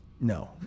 No